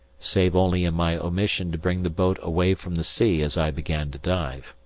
save only in my omission to bring the boat away from the sea as i began to dive.